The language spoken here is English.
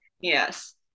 yes